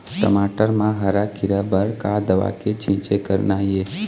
टमाटर म हरा किरा बर का दवा के छींचे करना ये?